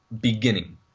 beginning